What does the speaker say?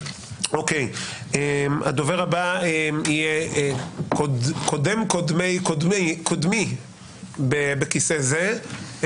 הדובר הבא יהיה קודם קודם קודמי בכיסא זה,